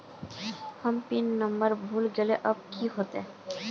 हम pin number भूल गलिऐ अब की होते?